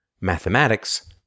mathematics